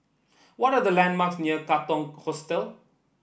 what are the landmarks near Katong Hostel